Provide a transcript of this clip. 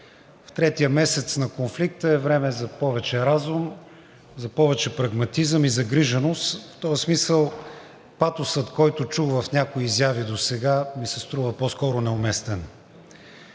Третият месец на конфликта е време за повече разум, за повече прагматизъм и загриженост. В този смисъл патосът, който чух в някои изяви досега, ми се струва по-скоро неуместен.